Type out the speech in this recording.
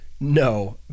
No